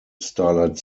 starlight